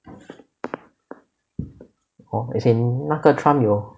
orh as in 那个 trump 有